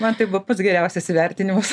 man tai buvo pats geriausias įvertinimas